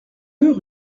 deux